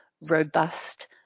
robust